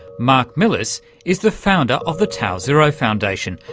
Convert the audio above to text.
marc millis is the founder of the tau zero foundation,